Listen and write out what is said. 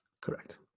Correct